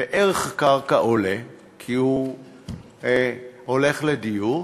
וערך הקרקע עולה כי הוא הולך לדיור,